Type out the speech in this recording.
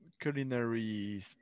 culinary